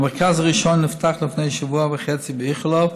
המרכז הראשון נפתח לפני שבוע וחצי באיכילוב.